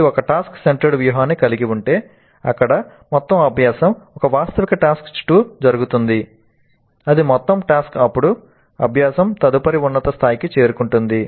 ఇది ఒక task centred వ్యూహాన్ని కలిగి ఉంటే అక్కడ మొత్తం అభ్యాసం ఒక వాస్తవిక టాస్క్ చుట్టూ జరుగుతుంది అది మొత్తం టాస్క్ అప్పుడు అభ్యాసం తదుపరి ఉన్నత స్థాయికి చేరుకుంటుంది